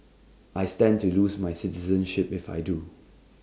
I stand to lose my citizenship if I do